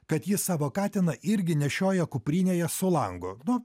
kad ji savo katiną irgi nešioja kuprinėje su langu